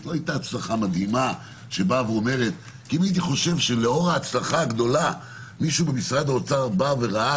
לו חשבתי שלאור ההצלחה הגדולה מישהו במשרד האוצר ראה